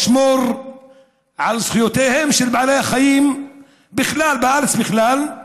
לשמור על זכויותיהם של בעלי החיים בארץ בכלל,